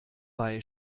bei